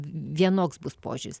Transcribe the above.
vienoks bus požiūris